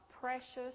precious